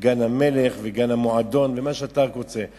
גן-המלך וגן-המועדון ומה שאתה רק רוצה.